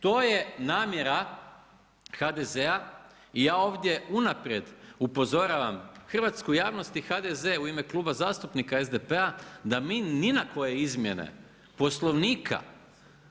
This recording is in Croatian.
To je namjera HDZ-a i ja ovdje unaprijed upozoravam hrvatsku javnost i HDZ u ime Kluba zastupnika SDP-a da mi ni na koji izmjene Poslovnika,